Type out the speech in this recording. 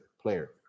player